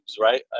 right